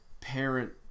parent